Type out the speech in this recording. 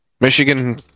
Michigan